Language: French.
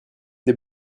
des